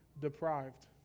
deprived